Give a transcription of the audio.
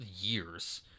years